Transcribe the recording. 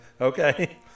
okay